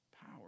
power